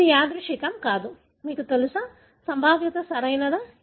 ఇది యాదృచ్ఛికం కాదు మీకు తెలుసా సంభావ్యత సరియైనదా